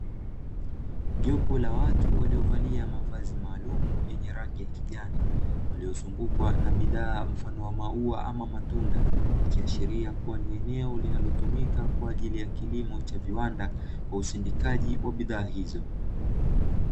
Jopo la watu waliovalia mavazi maalumu yenye rangi ya kijani waliozungukwa na bidhaa mfano wa maua ama matunda ikiashiria kua ni eneo linalotumika kwa ajili ya kilimo cha viwanda kwa usindikiaji wa bidhaa hizo.